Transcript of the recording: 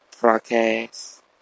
broadcast